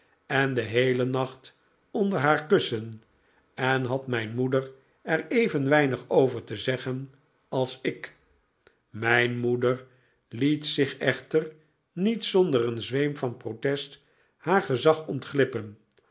en den heelen nacht onder haar kussen en had mijn moeder er even weinig over te zeggen als ik mijn moeder liet zich echter niet zonder een zweem van protest haar gezag ontglippen